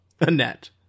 Annette